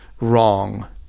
wrong